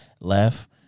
Left